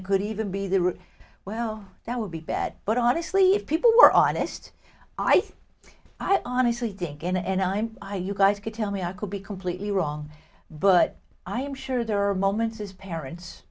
it could even be the route well that would be bad but honestly if people were honest i think i honestly think and i'm i you guys could tell me i could be completely wrong but i am sure there are moments as parents